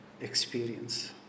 experience